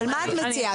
אבל מה את מציעה?